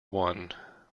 one